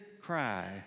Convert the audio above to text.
cry